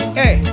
hey